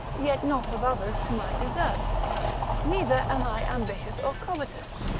yet not of others to my desert neither am i ambitious or covetous,